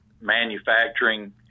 manufacturing